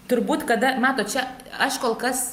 turbūt kada matot čia aš kol kas